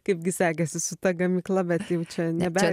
kaipgi sekėsi su ta gamykla bet jau čia nebe